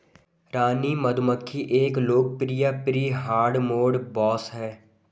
रानी मधुमक्खी एक लोकप्रिय प्री हार्डमोड बॉस है